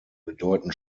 bedeuten